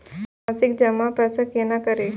मासिक जमा पैसा केना करी?